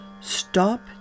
Stop